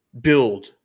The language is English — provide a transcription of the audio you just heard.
build